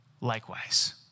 likewise